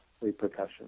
repercussions